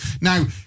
Now